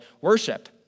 worship